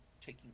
taking